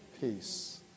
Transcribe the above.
peace